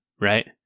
Right